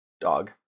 Dog